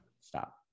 Stop